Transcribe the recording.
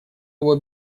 его